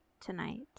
tonight